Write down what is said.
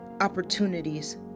opportunities